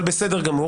אבל בסדר גמור.